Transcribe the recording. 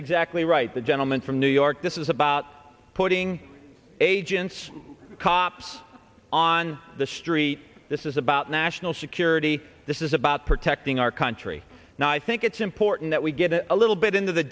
exactly right the gentleman from new york this is about putting agents cops on the street this is about national security this is about protecting our country now i think it's important that we get a little bit into the